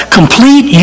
complete